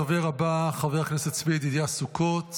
הדובר הבא, חבר הכנסת צבי ידידיה סוכות,